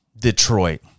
Detroit